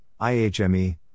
IHME